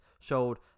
showed